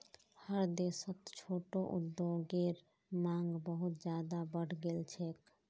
हर देशत छोटो उद्योगेर मांग बहुत ज्यादा बढ़ गेल छेक